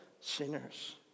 sinners